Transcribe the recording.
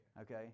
Okay